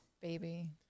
baby